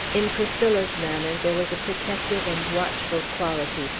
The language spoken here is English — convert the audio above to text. in priscilla's manner there was a protective and watchful quality,